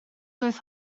doedd